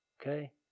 Okay